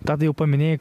tadai jau paminėjai